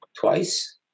twice